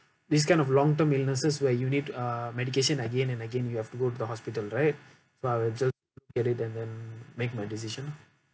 this kind of long term illnesses where you need uh medication again and again you have to go to the hospital right so I will just look at it and then make my decision lah